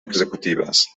executives